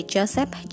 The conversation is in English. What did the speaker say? Joseph